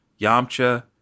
Yamcha